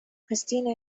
kristina